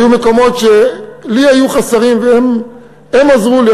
היו מקומות שלי היו חסרים והם עזרו לי,